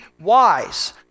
wise